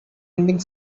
ending